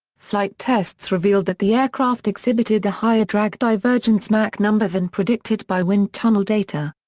flight tests revealed that the aircraft exhibited a higher drag divergence mach number than predicted by wind tunnel data.